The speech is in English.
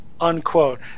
Unquote